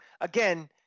again